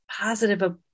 positive